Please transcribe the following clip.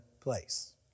place